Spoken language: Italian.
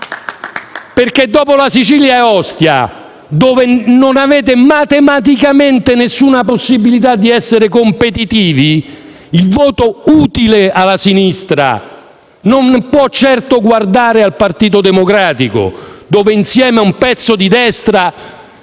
Dopo la Sicilia e Ostia, dove non avete matematicamente alcuna possibilità di essere competitivi, il voto utile alla sinistra non può certo guardare al Partito Democratico che, insieme a un pezzo di destra,